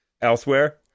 elsewhere